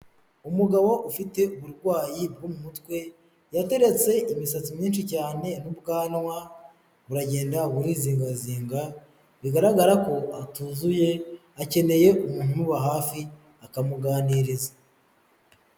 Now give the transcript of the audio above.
Umugabo ufite uburwayi bwo mu mutwe, yateretse imisatsi myinshi cyane n'ubwanwa buragenda burizingazinga. Bigaragara ko atuzuye, akeneye umuntu umuba hafi akamuganiriza.